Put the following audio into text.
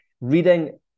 reading